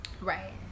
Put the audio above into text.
Right